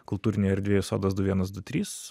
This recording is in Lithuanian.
kultūrinėje erdvėje sodos du vienas du trys